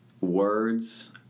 words